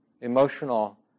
emotional